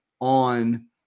on